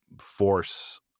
force